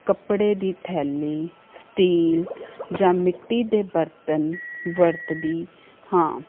ਕੱਪੜੇ ਦੀ ਥੈਲੀ ਸਟੀਲ ਜਾਂ ਮਿੱਟੀ ਦੇ ਬਰਤਨ ਵਰਤਦੀ ਹਾਂ